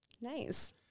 Nice